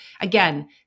Again